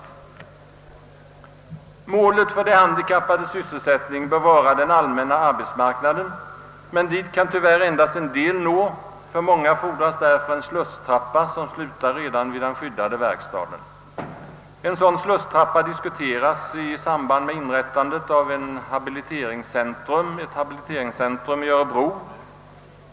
Målet för de handikappades sysselsättning bör vara den allmänna arbets marknaden, men dit kan tyvärr endast en del nå. För många fordras därför en slusstrappa som slutar redan vid den skyddade verkstaden. En sådan slusstrappa diskuteras i samband med inrättandet av ett rehabiliteringscentrum i Örebro.